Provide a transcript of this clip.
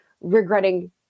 regretting